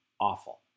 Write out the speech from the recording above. awful